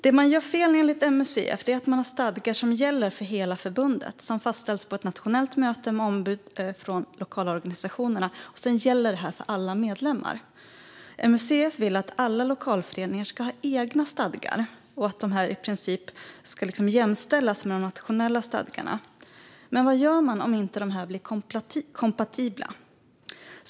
Det man enligt MUCF gör fel är att man har stadgar som gäller för hela förbundet, som fastställs på ett nationellt möte med ombud från lokalorganisationerna och som sedan gäller för alla medlemmar. MUCF vill att alla lokalföreningar ska ha egna stadgar som i princip ska jämställas med de nationella stadgarna. Men vad gör man då om de inte blir kompatibla?